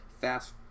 fast